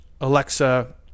Alexa